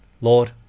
Lord